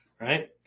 Right